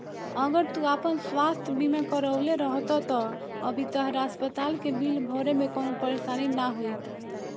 अगर तू आपन स्वास्थ बीमा करवले रहत त अभी तहरा अस्पताल के बिल भरे में कवनो परेशानी ना होईत